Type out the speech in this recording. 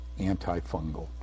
antifungal